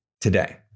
today